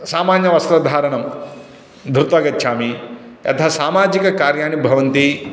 सामान्यवस्त्रधारणं धृत्वा गच्छामि यतः सामाजिककार्याणि भवन्ति